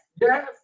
yes